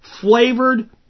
Flavored